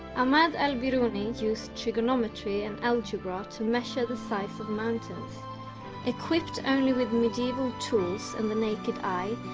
ahmad al biruni used trigonometry and algebra to measure the size of mountains equipped only with medieval tools and the naked eye.